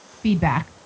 feedback